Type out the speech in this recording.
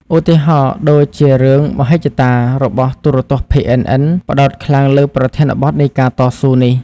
ឧទាហរណ៍ដូចជារឿង "មហិច្ឆតា" របស់ ទូរទស្សន៍ PNN ផ្តោតខ្លាំងលើប្រធានបទនៃការតស៊ូនេះ។